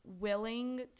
willing